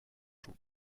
joue